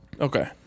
Okay